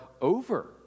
over